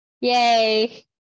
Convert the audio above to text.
yay